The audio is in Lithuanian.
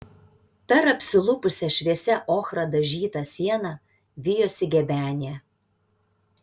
per apsilupusią šviesia ochra dažytą sieną vijosi gebenė